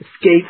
escape